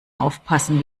aufpassen